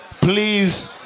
please